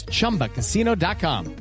ChumbaCasino.com